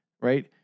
right